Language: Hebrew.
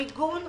המיגון שניתן,